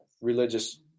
religious